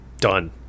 Done